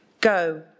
Go